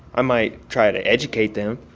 i might try to educate them.